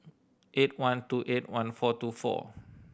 eight one two eight one four two four